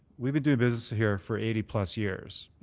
we've been doing business here for eighty plus years.